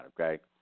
okay